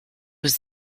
was